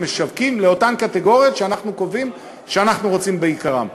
משווקים לאותן קטגוריות שאנחנו קובעים שאנחנו רוצים ביקרן.